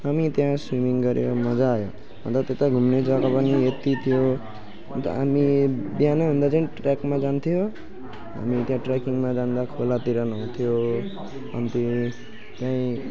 हामी त्यहाँ स्विमिङ गऱ्यौँ मजा आयो अन्त त्यता घुम्ने जग्गा पनि यत्ति थियो अन्त हामी बिहान हुँदा चाहिँ ट्रेकमा जान्थ्यौँ हो हामी त्यहाँ ट्रेकिङमा जाँदा खोलातिर नुहाउँथ्यौँ अन्त यहीँ त्यहीँ